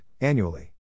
annually